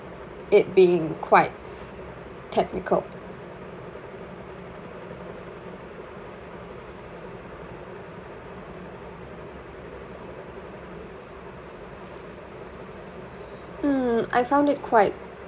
it being quite technical mm I found it quite